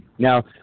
Now